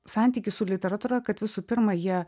santykį su literatūra kad visų pirma jie